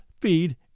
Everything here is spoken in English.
feed